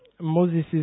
Moses